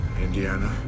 Indiana